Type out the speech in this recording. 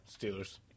Steelers